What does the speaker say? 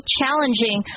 challenging